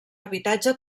habitatge